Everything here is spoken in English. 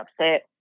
upset